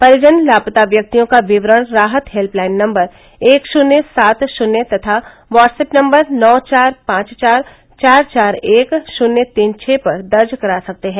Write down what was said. परिजन लापता व्यक्तियों का विवरण राहत हेल्पलाइन नम्बर एक शून्य सात शून्य तथा वाट्सऐप नंबर नौ चार पांच चार चार चार एक शून्य तीन छः पर दर्ज करा सकते हैं